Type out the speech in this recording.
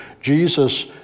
Jesus